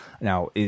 now